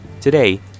Today